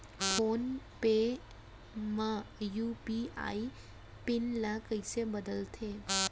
Phone पे म UPI PIN ल कइसे बदलथे?